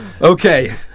Okay